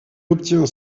obtient